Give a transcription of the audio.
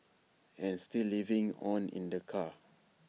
and still living on in the car